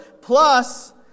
Plus